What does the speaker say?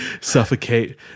suffocate